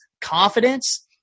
confidence